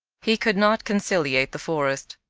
he could not conciliate the forest.